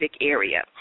area